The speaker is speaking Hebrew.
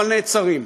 אבל נעצרים,